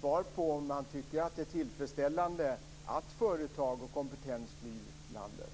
svar på om han tycker att det är tillfredsställande att företag och kompetens flyr landet.